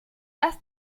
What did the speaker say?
dass